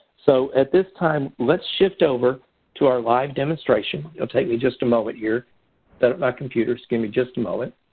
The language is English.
so, at this time, let's shift over to our live demonstration. it will take me just a moment here to set up my computer. so, give me just a moment.